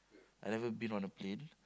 I never been on a plane